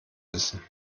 wissen